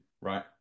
right